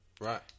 right